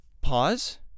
pause